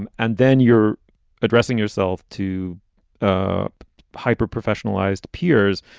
and and then you're addressing yourself to a hyper professionalized peers.